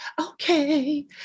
okay